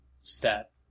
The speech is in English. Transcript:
step